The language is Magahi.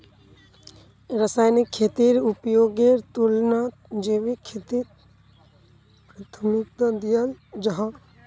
रासायनिक खेतीर उपयोगेर तुलनात जैविक खेतीक प्राथमिकता दियाल जाहा